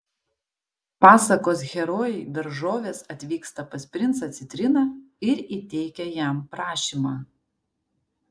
pasakos herojai daržovės atvyksta pas princą citriną ir įteikia jam prašymą